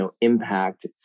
impact